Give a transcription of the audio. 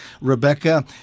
Rebecca